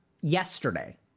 yesterday